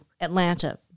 Atlanta